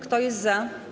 Kto jest za?